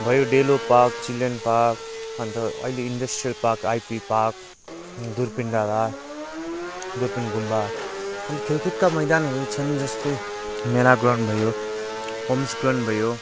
भयो Delo park children park अन्त अहिले industrial park IP park Durpin डाँडा दुर्पिन गुम्बा अनि खेलकुदका मैदानहरू छन् जस्तै मेला ग्राउन्ड भयो होम्स ग्राउन्ड भयो